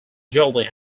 jolie